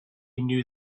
knew